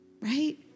right